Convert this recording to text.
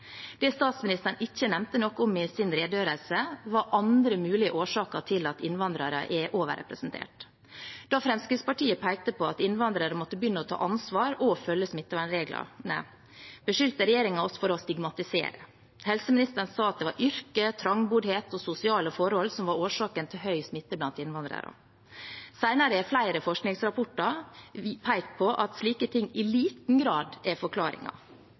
Det statsministeren ikke nevnte noe om i sin redegjørelse, var andre mulige årsaker til at innvandrere er overrepresentert. Da Fremskrittspartiet pekte på at innvandrere måtte begynne å ta ansvar og følge smittevernreglene, beskyldte regjeringen oss for å stigmatisere. Helseministeren sa at det var yrke, trangboddhet og sosiale forhold som var årsaken til høy smitte blant innvandrere. Senere har flere forskningsrapporter pekt på at slike ting i liten grad er